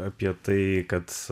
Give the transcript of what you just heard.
apie tai kad